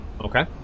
Okay